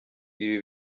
ibi